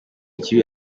ikibi